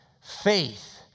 Faith